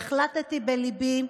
והחלטתי בליבי,